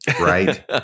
Right